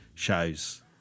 shows